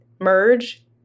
merge